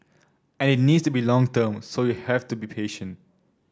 and it needs to be long term so you have to be patient